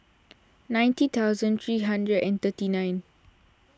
ninty thousand three hundred and thirty nine